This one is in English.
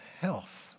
health